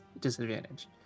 disadvantage